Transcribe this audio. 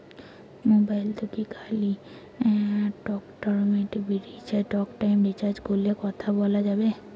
মোবাইলত কি খালি টকটাইম রিচার্জ করিলে কথা কয়া যাবে?